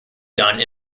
done